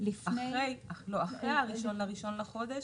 אחרי הראשון בראשון לחודש,